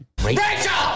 Rachel